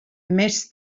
més